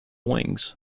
wings